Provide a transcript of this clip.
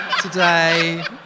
today